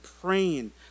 praying